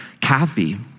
Kathy